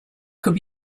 could